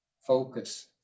focus